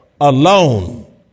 alone